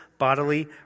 bodily